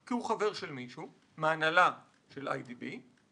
כי הוא חבר של מישהו מההנהלה של איי די בי,